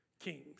kings